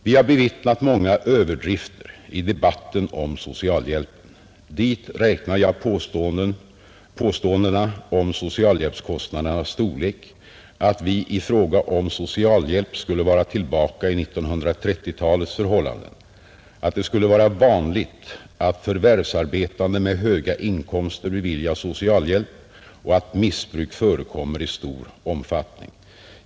Vi har bevittnat många överdrifter i debatten om socialhjälpen. Dit räknar jag påståendena om socialhjälpskostnadernas storlek, att vi i fråga om socialhjälpen skulle vara tillbaka i 1930-talets förhållanden, att det skulle vara vanligt att förvärvsarbetande med höga inkomster beviljas socialhjälp och att missbruk förekommer i stor omfattning.